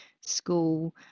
school